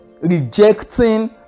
Rejecting